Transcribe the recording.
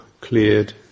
cleared